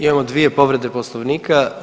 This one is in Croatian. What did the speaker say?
Imamo dvije povrede Poslovnika.